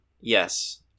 Yes